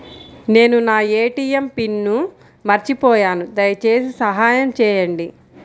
నేను నా ATM pin మర్చిపోయాను దయచేసి సహాయం చేయండి